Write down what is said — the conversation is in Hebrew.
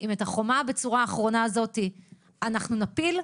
אם את החומה הבצורה האחרונה הזאת אנחנו נפיל,